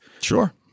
Sure